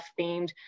themed